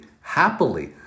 happily